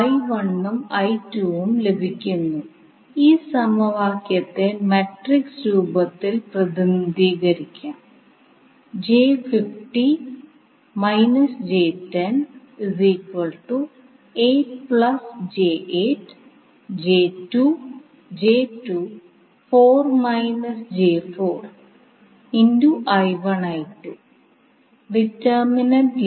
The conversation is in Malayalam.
എസി സർക്യൂട്ടിന്റെ കാര്യത്തിൽ ആദ്യം നോഡൽ മെഷ് nodal mesh വിശകലനം മനസിലാക്കാൻ ശ്രമിക്കാം